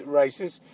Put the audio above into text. races